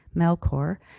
melcor,